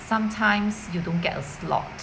sometimes you don't get a slot